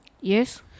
Yes